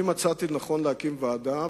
אני מצאתי לנכון להקים ועדה,